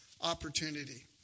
opportunity